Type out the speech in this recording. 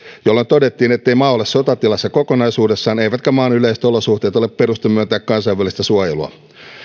jolloin todettiin ettei maa ole sotatilassa kokonaisuudessaan eivätkä maan yleiset olosuhteet ole peruste myöntää kansainvälistä suojelua